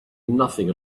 nothing